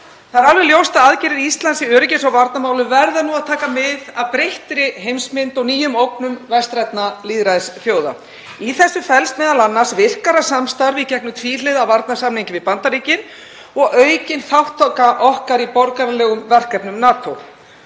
Það er alveg ljóst að aðgerðir Íslands í öryggis- og varnarmálum verða að taka mið af breyttri heimsmynd og nýjum ógnum vestrænna lýðræðisþjóða. Í þessu felst m.a. virkara samstarf í gegnum tvíhliða varnarsamning við Bandaríkin og aukin þátttaka okkar í borgaralegum verkefnum NATO.